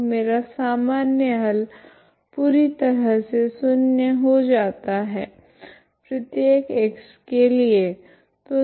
तो मेरा सामान्य हल पूरी तरह से शून्य हो जाता है प्रत्येक x के लिए